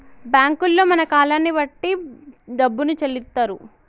బ్యాంకుల్లో మన కాలాన్ని బట్టి డబ్బును చెల్లిత్తరు